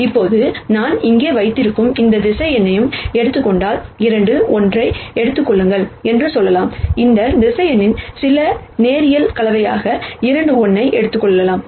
இப்போது நான் இங்கே வைத்திருக்கும் எந்த வெக்டர்ஸ் எடுத்துக் கொண்டால் 2 1 ஐ எடுத்துக் கொள்ளுங்கள் என்று சொல்லலாம் இந்த வெக்டர் சில லீனியர் காம்பினேஷன் 2 1 ஐ எழுதலாம்